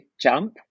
jump